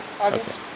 August